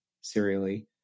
serially